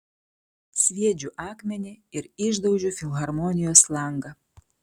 sviedžiu akmenį ir išdaužiu filharmonijos langą